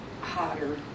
hotter